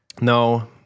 No